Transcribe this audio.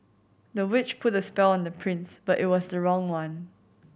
the witch put a on the prince but it was the wrong one